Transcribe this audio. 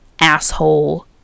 asshole